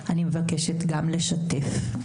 אני מבקשת גם לשתף.